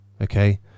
okay